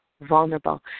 vulnerable